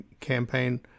campaign